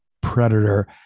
Predator